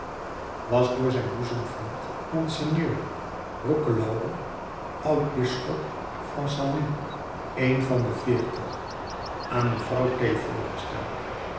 was door zijn boezemvriend mgr de roquelaure oud bisschop van senlis een van de veertig aan mevrouw t voorgesteld